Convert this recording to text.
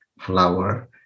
flower